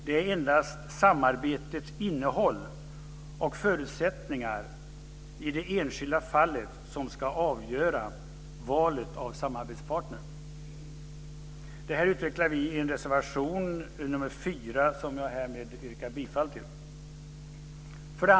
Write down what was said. Det är endast samarbetets innehåll och förutsättningar i det enskilda fallet som ska avgöra valet av samarbetspartner. Det här utvecklar vi i reservation nr 4 som jag härmed yrkar bifall till.